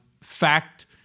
fact